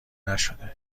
نشده